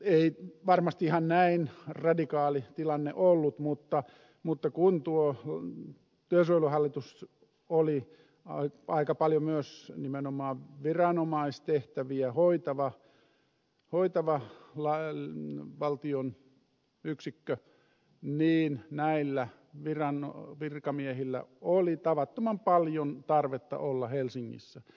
ei varmasti ihan näin radikaali tilanne ollut mutta kun tuo työsuojeluhallitus oli aika paljon myös nimenomaan viranomaistehtäviä hoitava valtion yksikkö niin näillä virkamiehillä oli tavattoman paljon tarvetta olla helsingissä